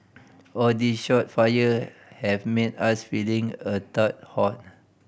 all these shot fired have made us feeling a tad hot